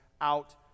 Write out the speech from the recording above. out